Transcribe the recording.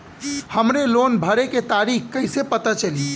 हमरे लोन भरे के तारीख कईसे पता चली?